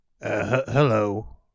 hello